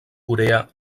corea